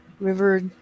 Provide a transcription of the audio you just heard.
River